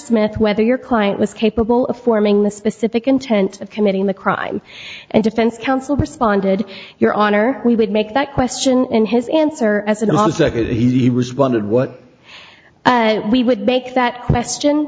smith whether your client was capable of forming the specific intent of committing the crime and defense counsel responded your honor we would make that question in his answer as if he was wondered what we would make that question